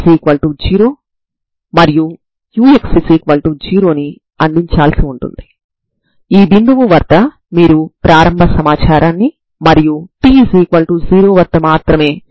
తర్వాత మీరు ఈ ఐగెన్ విలువలకు అనుగుణంగా ఏర్పడిన సాధారణ అవకలన సమీకరణాలను సపరేషన్ ఆఫ్ వేరియబుల్స్ పద్ధతి ద్వారా పరిష్కరించి Tn లను కనుక్కోవాల్సి ఉంటుంది